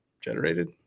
generated